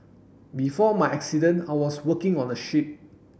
before my accident I was working on a ship